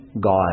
God